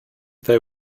there